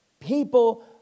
people